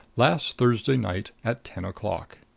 last thursday night at ten o'clock.